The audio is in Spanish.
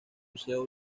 museo